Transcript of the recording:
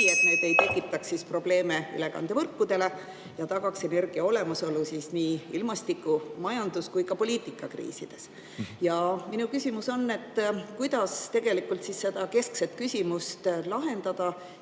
need ei tekitaks probleeme ülekandevõrkudele ja tagaksid energia olemasolu nii ilmastiku-, majandus- kui ka poliitikakriisides. Minu küsimus: kuidas tegelikult seda keskset küsimust lahendada?